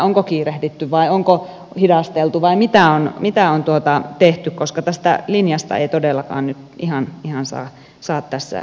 onko kiirehditty vai onko hidasteltu vai mitä on tehty koska tästä linjasta ei todellakaan nyt ihan saa tässä keskustelussa kiinni